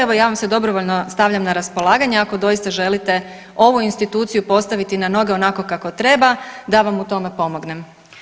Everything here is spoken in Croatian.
Evo ja vam se dobrovoljno stavljam na raspolaganje ako doista želite ovu instituciju postaviti na noge onako kako treba da vam u tome pomognem.